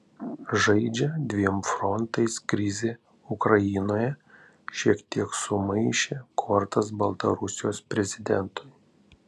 žaidžia dviem frontais krizė ukrainoje šiek tiek sumaišė kortas baltarusijos prezidentui